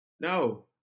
No